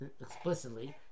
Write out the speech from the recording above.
explicitly